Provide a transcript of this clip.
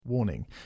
Warning